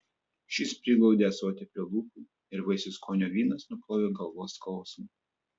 šis priglaudė ąsotį prie lūpų ir vaisių skonio vynas nuplovė galvos skausmą